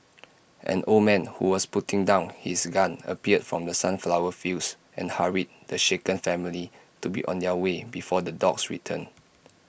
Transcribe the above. an old man who was putting down his gun appeared from the sunflower fields and hurried the shaken family to be on their way before the dogs return